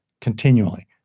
continually